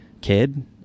kid